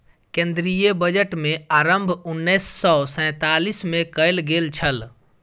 केंद्रीय बजट के आरम्भ उन्नैस सौ सैंतालीस मे कयल गेल छल